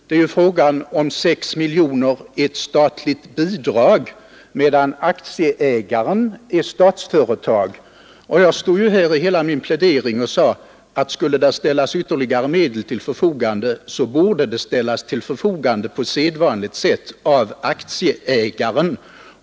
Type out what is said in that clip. Det är ju fråga om 6 miljoner i form av ett statligt bidrag medan aktieägaren är Statsföretag, och i hela min plädering stod jag ju här och framhöll att skulle det ställas ytterligare medel till förfogande borde det göras på sedvanligt sätt av aktieägaren.